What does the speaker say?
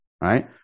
right